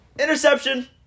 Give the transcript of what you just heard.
Interception